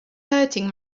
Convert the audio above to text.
hurting